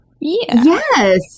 Yes